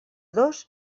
dos